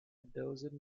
dozen